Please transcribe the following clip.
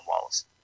Wallace